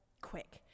Quick